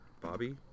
Bobby